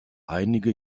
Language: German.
einige